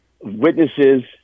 witnesses